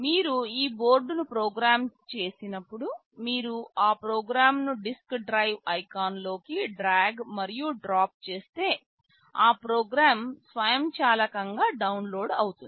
మీరు ఈ బోర్డ్ను ప్రోగ్రామ్ చేసినప్పుడు మీరు ఆ ప్రోగ్రామ్ను డిస్క్ డ్రైవ్ ఐకాన్లోకి డ్రాగ్ మరియు డ్రాప్ చేస్తే ఆ ప్రోగ్రామ్ స్వయంచాలకంగా డౌన్లోడ్ అవుతుంది